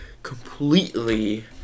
completely